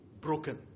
broken